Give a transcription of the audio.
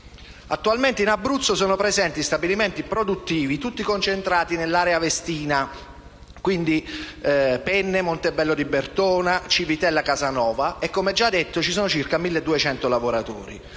Attualmente in Abruzzo sono presenti stabilimenti produttivi tutti concentrati nell'area Vestina (quindi Penne, Montebello di Bertona e Civitella Casanova) e - come già detto - ci sono circa 1.200 lavoratori.